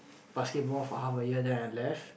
basketball for half a year then I left